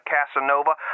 Casanova